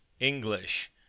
English